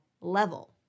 level